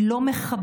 היא לא מכבדת,